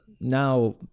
now